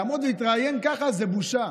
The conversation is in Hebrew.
לעמוד ולהתראיין ככה זה בושה.